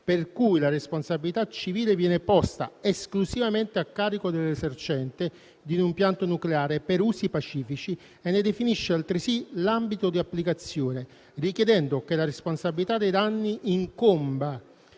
per cui la responsabilità civile viene posta esclusivamente a carico dell'esercente di un impianto nucleare per usi pacifici e ne definisce altresì l'ambito di applicazione, richiedendo che la responsabilità dei danni incomba